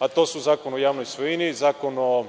a to su: Zakon o javnoj svojini, Zakon o